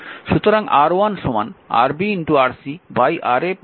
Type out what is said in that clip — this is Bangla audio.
সুতরাং R1 Rb Rc Ra Rb Rc